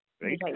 right